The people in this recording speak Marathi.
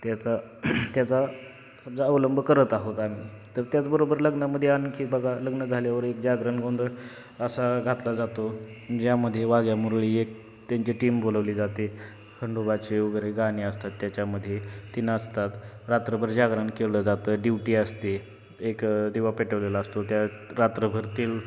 त्याचा त्याचा समजा अवलंब करत आहोत आम्ही तर त्याचबरोबर लग्नामध्ये आणखी बघा लग्न झाल्यावर एक जागरण गोंंधळ असा घातला जातो ज्यामध्ये वाघ्या मुरळी एक त्यांची टीम बोलवली जाते खंडोबाचे वगैरे गाणी असतात त्याच्यामध्ये ती नसतात रात्रभर जागरण केलं जातं ड्युटी असते एक दिवा पेटवलेला असतो त्या रात्रभरातील